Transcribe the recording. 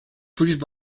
produced